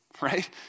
right